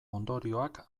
ondorioak